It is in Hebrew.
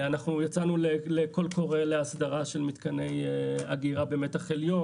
אנחנו יצאנו לקול קורא לאסדרה של מתקני אגירה במתח עליון,